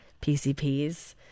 PCPs